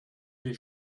die